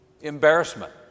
embarrassment